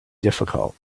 difficult